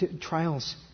trials